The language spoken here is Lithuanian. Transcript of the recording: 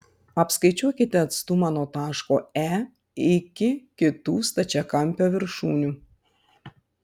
apskaičiuokite atstumą nuo taško e iki kitų stačiakampio viršūnių